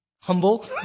humble